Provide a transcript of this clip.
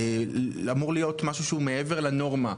אמור להיות משהו שהוא מעבר לנורמה,